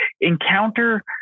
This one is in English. Encounter